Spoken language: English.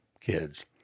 kids